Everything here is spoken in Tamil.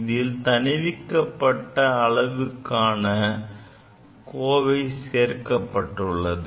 இதில் தணிவிக்கப்பட்ட அலைவுக்கான கோவை சேர்க்கப்பட்டுள்ளது